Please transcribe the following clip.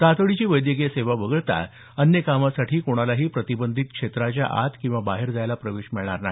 तातडीची वैद्यकीय सेवा वगळता अन्य कामासाठी कोणालाही प्रतिबंधित क्षेत्राच्या आत अथवा बाहेर जायला प्रवेश मिळणार नाही